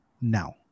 now